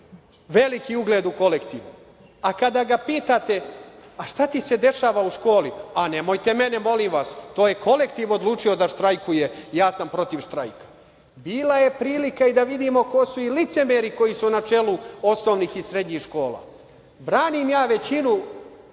veliki ugled u kolektivu. Kada ga pitate – a šta ti se dešava u školi, odgovara – a nemojte mene, molim vas, to je kolektiv odlučio da štrajkuje, ja sam protiv štrajka. Bila je prilika i da vidimo ko su i licemeri koji su na čelu osnovnih i srednjih škola. Branim ja većinu